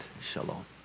Shalom